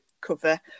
cover